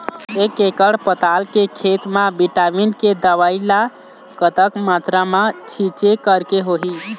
एक एकड़ पताल के खेत मा विटामिन के दवई ला कतक मात्रा मा छीचें करके होही?